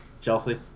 Chelsea